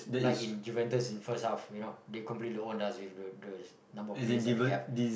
like in Juventus in first half you know they completely owned us with the the number of players that they have